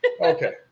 okay